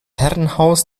herrenhaus